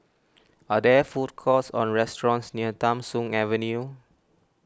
are there food courts or restaurants near Tham Soong Avenue